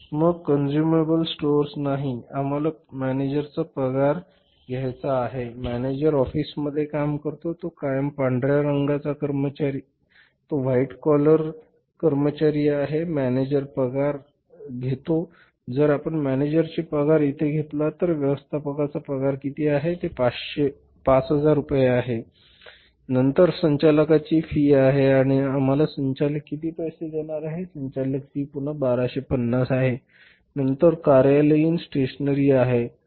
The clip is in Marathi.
मग कनज्युमेबल स्टोअर्स नाही आम्हाला मॅनेजर पगार घ्यायचा नाही मॅनेजर ऑफिसमध्ये काम करतो तो कायम पांढरा रंगाचा कर्मचारी आहे मॅनेजर पगार आहे तर जर तुम्ही मॅनेजरचा पगार इथे घेतला तर व्यवस्थापकाचा पगार किती आहे ते 5000 रुपये आहे नंतर संचालकांची फी आहे आणि आम्ही संचालकांना किती पैसे देणार आहोत संचालक फी पुन्हा 1250 आहे नंतर कार्यालयीन स्टेशनरी आहे